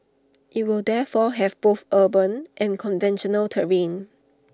IT will therefore have both urban and conventional terrain